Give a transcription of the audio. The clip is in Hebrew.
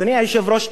אדוני היושב-ראש,